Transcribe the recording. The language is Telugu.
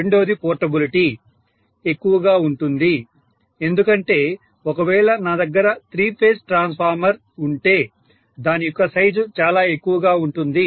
రెండోది పోర్టబులిటీ ఎక్కువగా ఉంటుంది ఎందుకంటే ఒకవేళ నా దగ్గర త్రీ ఫేజ్ ట్రాన్స్ఫార్మర్ ఉంటే దాని యొక్క సైజు చాలా ఎక్కువగా ఉంటుంది